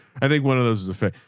i think one of those is effect.